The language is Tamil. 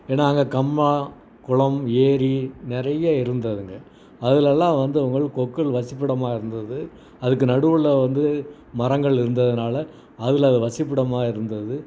ஏன்னா அங்கே கம்மாய் குளம் ஏரி நிறைய இருந்ததுங்க அதுலெல்லாம் வந்து அவங்கள் கொக்குகள் வசிப்பிடமாக இருந்தது அதுக்கு நடுவில் வந்து மரங்கள் இருந்ததுனால் அதில் வசிப்பிடமாக இருந்தது